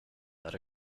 that